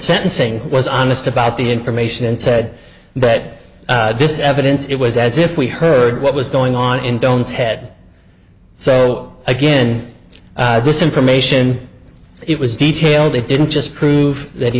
sentencing was honest about the information and said that this evidence it was as if we heard what was going on in don'ts head so again this information it was detail they didn't just prove that he